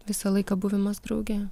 visą laiką buvimas drauge